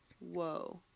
Whoa